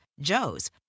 Joe's